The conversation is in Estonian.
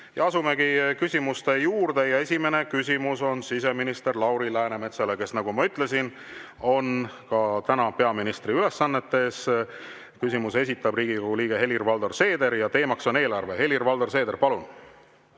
Asumegi küsimuste juurde. Esimene küsimus on siseminister Lauri Läänemetsale, kes, nagu ma ütlesin, on täna ka peaministri ülesannetes. Küsimuse esitab Riigikogu liige Helir-Valdor Seeder ja teema on eelarve. Helir-Valdor Seeder, palun!